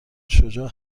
شجاع